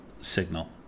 signal